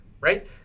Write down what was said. right